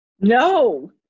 no